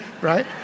right